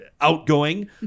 outgoing